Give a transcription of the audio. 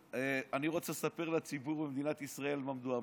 אז אני רוצה לספר לציבור במדינת ישראל במה מדובר.